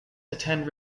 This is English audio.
attend